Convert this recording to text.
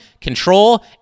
control